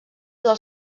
del